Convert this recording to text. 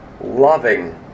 loving